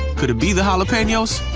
could it be the jalapenos?